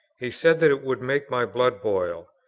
he said that it would make my blood boil.